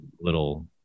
little